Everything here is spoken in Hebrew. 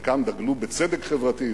חלקם דגלו בצדק חברתי,